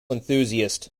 enthusiast